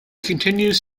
continues